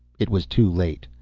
it was too late.